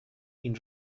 این